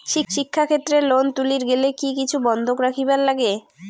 শিক্ষাক্ষেত্রে লোন তুলির গেলে কি কিছু বন্ধক রাখিবার লাগে?